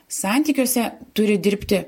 santykiuose turi dirbti